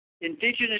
Indigenous